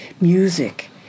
music